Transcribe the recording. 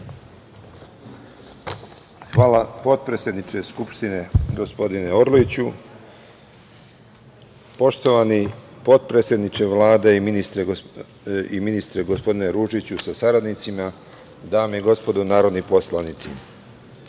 Hvala potpredsedniče Skupštine, gospodine Orliću. Poštovani potpredsedniče Vlade i ministre, gospodine Ružiću sa saradnicima, dame i gospodo narodni poslanici,